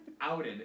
outed